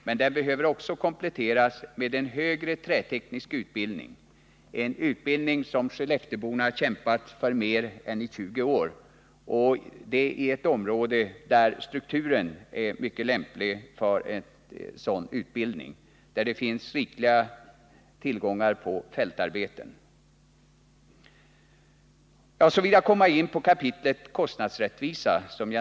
Men den behöver också kompletteras med en högre träteknisk utbildning, en utbildning som skellefteborna har kämpat för i mer än 20 år. Strukturen i området är mycket lämplig för sådan utbildning — det finns riklig tillgång på fältarbeten. Nu kommer jag in på kapitlet kostnadsrättvisa.